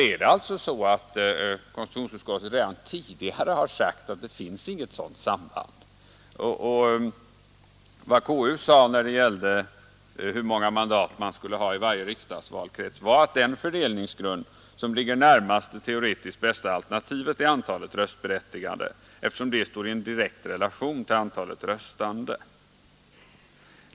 Konstitutionsutskottet har redan tidigare förklarat att det finns inget sådant samband. Vad KU sagt när det gällde frågan om hur många mandat man skulle ha i varje riksdagsvalkrets är att den fördelningsgrund som ligger närmast det teoretiskt bästa alternativet är antalet röstberättigade eftersom det står i en direkt relation till antalet röstande.